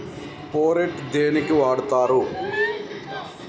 Phorate దేనికి వాడుతరు?